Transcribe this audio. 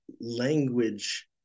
language